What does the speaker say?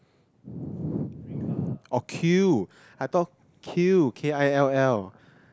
oh queue I thought kill K I L L